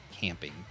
camping